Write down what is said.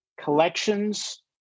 collections